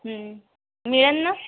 मिळंल ना